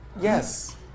Yes